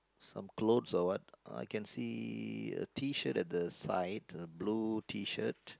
some clothes or what I can see a T-shirt at the side a blue T-shirt